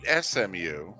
SMU